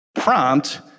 prompt